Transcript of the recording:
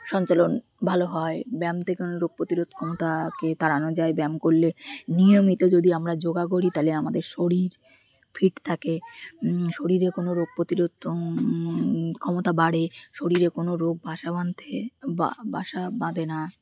সঞ্চালন ভালো হয় ব্যায়াম থেকে অনেক রোগ প্রতিরোধ ক্ষমতাকে তাড়ানো যায় ব্যায়াম করলে নিয়মিত যদি আমরা যোগ করি তাহলে আমাদের শরীর ফিট থাকে শরীরে কোনো রোগ প্রতিরোধ ক্ষমতা বাড়ে শরীরে কোনো রোগ বাসা বাঁধতে বা বাসা বাঁধে না